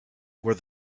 were